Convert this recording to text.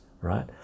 right